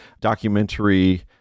documentary